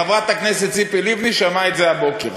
חברת הכנסת ציפי לבני שמעה את זה הבוקר.